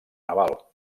naval